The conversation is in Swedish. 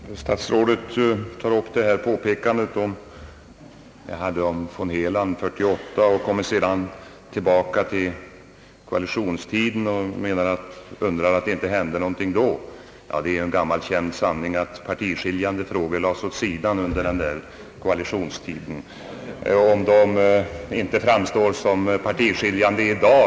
Herr talman! Herr statsrådet tog upp det påpekande jag gjorde om herr von Helands yrkande vid partistämman 1948 och kom sedan tillbaka till koalitionstiden och undrar varför det inte hänt någonting då. Ja, det är en gammal känd sanning, att partiskiljande frågor lades åt sidan under koalitionstiden! Denna fråga framstår ju inte som partiskiljande i dag.